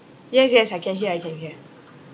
yes yes I can hear I can hear